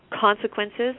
consequences